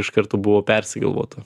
iš karto buvo persigalvota